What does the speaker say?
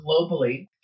globally